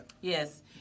Yes